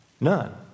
None